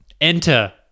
Enter